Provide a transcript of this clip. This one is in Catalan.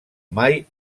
mai